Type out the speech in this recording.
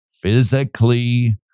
physically